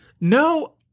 No